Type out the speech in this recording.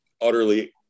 utterly